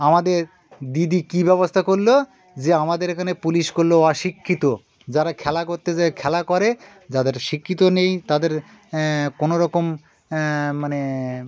আমাদের দিদি কী ব্যবস্থা করল যে আমাদের এখানে পুলিশ করল অশিক্ষিত যারা খেলা করতে যায় খেলা করে যাদের শিক্ষিত নেই তাদের কোন রকম মানে